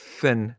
thin